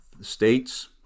states